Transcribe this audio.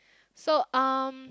so um